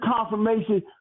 confirmation